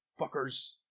Fuckers